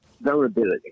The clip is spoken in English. vulnerability